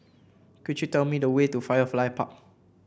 could you tell me the way to Firefly Park